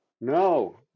no